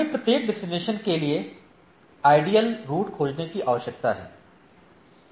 हमें प्रत्येक डेस्टिनेशन के लिए आइडियल रूट खोजने की आवश्यकता है